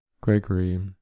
Gregory